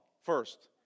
first